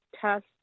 test